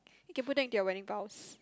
you can put that into your wedding vows